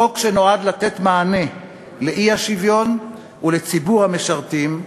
חוק שנועד לתת מענה לאי-שוויון ולציבור המשרתים,